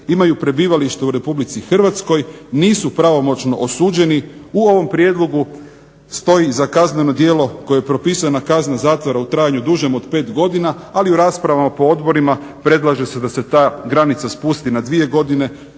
imaju prebivalište u RH, nisu pravomoćno osuđeni. U ovom prijedlogu stoji za kazneno djelo koje je propisana kazna zatvora u trajanju dužem od 5 godina ali u raspravama po odborima predlaže se da se ta granica spusti na dvije godine